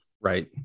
Right